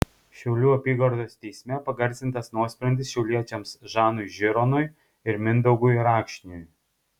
šiaulių apygardos teisme pagarsintas nuosprendis šiauliečiams žanui žironui ir mindaugui rakšniui